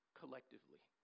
collectively